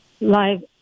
live